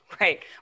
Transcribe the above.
Right